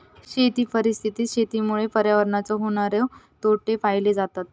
शेती परिस्थितीत शेतीमुळे पर्यावरणाचे होणारे तोटे पाहिले जातत